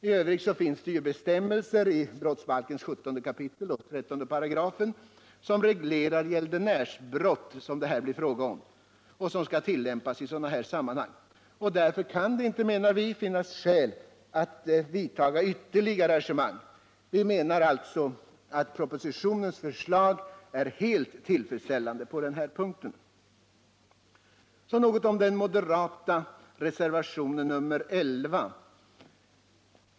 I övrigt finns det bestämmelser i 17 kap. 13 § brottsbalken som reglerar gäldenärsbrott, som det här blir fråga om, och som skall tillämpas i sådana här sammanhang. Därför kan det inte, menar vi, finnas skäl att vidta ytterligare arrangemang. Vi menar alltså att propositionens förslag är helt tillfredsställande på den här punkten. Så något om den moderata reservationen 11.